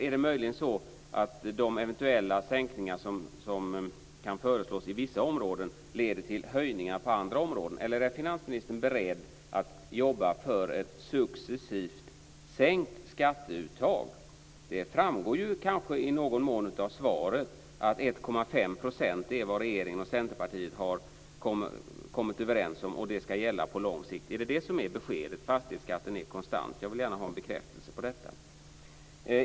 Kan möjligen de eventuella sänkningar som föreslås på vissa områden leda till höjningar på andra områden, eller är finansministern beredd att jobba för ett successivt sänkt skatteuttag? Det framgår i någon mån av svaret att 1,5 % är den nivå som regeringen och Centerpartiet har kommit överens om och att den skall gälla på lång sikt. Är det beskedet, att fastighetsskatten är konstant? Jag vill gärna ha en bekräftelse på det.